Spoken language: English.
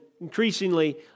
increasingly